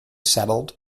settled